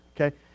okay